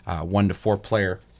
one-to-four-player